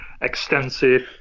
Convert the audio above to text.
extensive